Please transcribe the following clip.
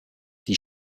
die